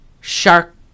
Shark